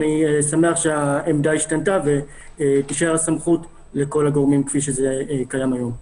אני שמח שהעמדה השתנתה ותישאר הסמכות לכל הגורמים כפי שזה קיים היום.